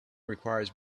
requires